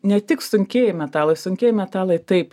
ne tik sunkieji metalai sunkieji metalai taip